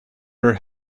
her